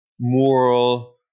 moral